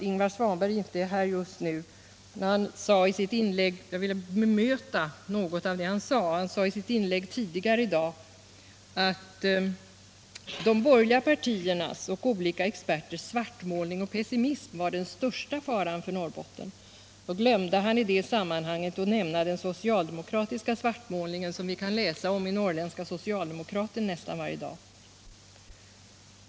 Ingvar Svanberg är inte inne i kammaren nu, men jag vill ändå bemöta något av det han sade i sitt inlägg. Han sade att de borgerliga partiernas och olika experters svartmålning och pessimism var den största faran för Norrbotten. Han glömde i det sammanhanget att nämna den socialdemokratiska svartmålningen, som vi kan läsa om i Norrländska Socialdemokraten nästan varje dag.